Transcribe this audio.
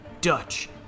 Dutch